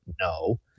No